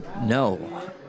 No